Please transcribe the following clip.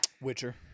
Witcher